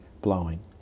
blowing